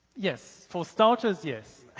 yes, for starters, yes.